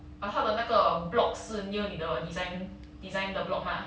but 他的那个 block 是 near 你的 design design 的 block 吗